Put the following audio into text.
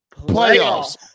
Playoffs